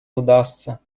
удастся